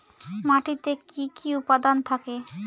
মাটিতে কি কি উপাদান থাকে?